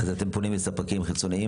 אז אתם פונים לספקים חיצוניים?